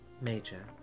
Major